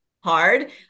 hard